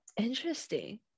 Interesting